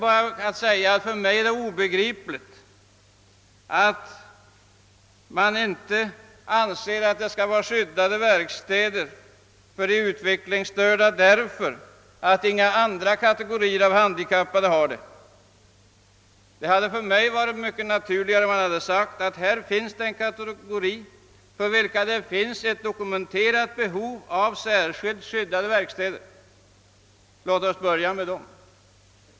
Jag vill endast säga att det för mig är obegripligt att det anses att det inte skall finnas skyddade verkstäder för de utvecklingsstörda därför att inga andra kategorier av handikappade har det. För mig hade det varit naturligare om man sagt att här finns en kategori människor, vilka har ett dokumenterat behov av särskilda skyd dade verkstäder. Låt oss börja med den.